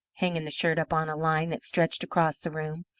hanging the shirt up on a line that stretched across the room,